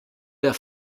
der